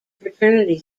fraternity